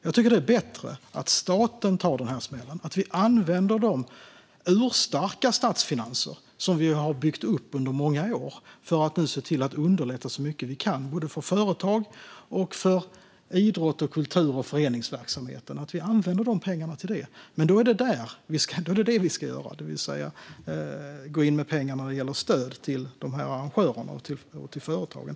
Jag tycker att det är bättre att staten tar den här smällen - att vi använder de urstarka statsfinanser vi har byggt upp under många år till att nu underlätta så mycket vi kan både för företag och för idrotten, kulturen och föreningsverksamheten. Vi ska använda de pengarna till det. Men då är det det som vi ska göra, det vill säga gå in med pengar när det gäller stöd till de arrangörerna och till företagen.